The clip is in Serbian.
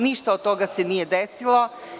Ništa od toga se nije desilo.